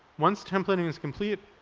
once templating is complete,